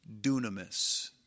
dunamis